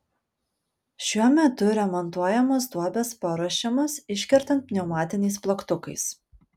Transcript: šiuo metu remontuojamos duobės paruošiamos iškertant pneumatiniais plaktukais